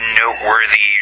noteworthy